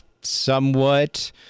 somewhat